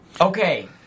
okay